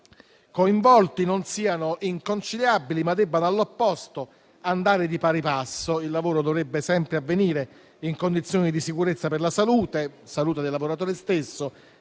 coinvolti non siano inconciliabili, ma debbano all'opposto andare di pari passo: il lavoro dovrebbe sempre avvenire in condizioni di sicurezza per la salute del lavoratore stesso